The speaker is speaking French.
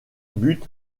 but